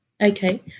Okay